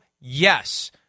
Yes